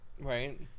Right